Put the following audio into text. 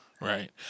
Right